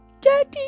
daddy